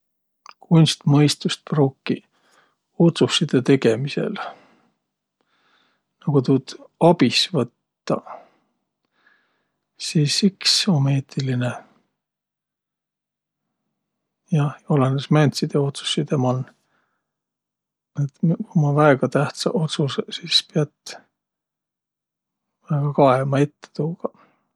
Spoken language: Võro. Kunstmõistust pruukiq otsussidõ tegemisel? No ku tuud abis võttaq, sis iks um eetiline. Jah, olõnõs, määntside otsussidõ man. Et ku kummaq väega tähtsäq otsusõq, sis piät väega kaema ette tuugaq.